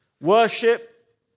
Worship